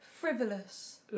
Frivolous